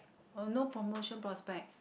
oh no promotion prospect